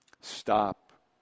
stop